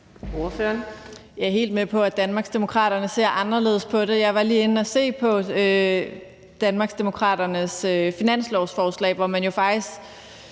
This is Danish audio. Jeg er helt med på, at Danmarksdemokraterne ser anderledes på det. Jeg var lige inde at se på Danmarksdemokraternes finanslovsforslag, hvor man jo faktisk